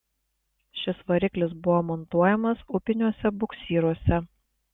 šis variklis buvo montuojamas upiniuose buksyruose